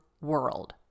world